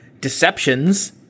deceptions –